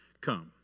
come